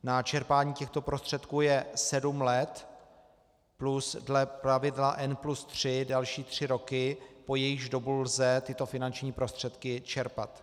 Na čerpání těchto prostředků je sedm let plus dle pravidla N+3 další tři roky, po jejichž dobu lze tyto finanční prostředky čerpat.